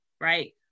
Right